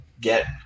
get